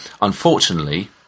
Unfortunately